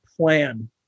plan